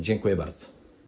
Dziękuję bardzo.